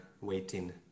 waiting